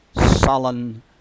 sullen